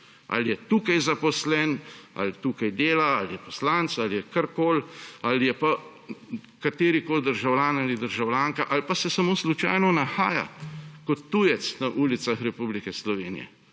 ali je tukaj zaposlen, ali tukaj dela, ali je poslanec, ali je karkoli, ali je pa katerikoli državljan ali državljanka ali pa se samo slučajno nahaja kot tujec na ulicah Republike Slovenije,